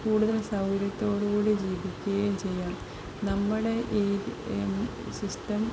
കൂടുതൽ സൗകര്യത്തോട് കൂടി ജീവിക്കുകയും ചെയ്യാം നമ്മുടെ ഈ സിസ്റ്റം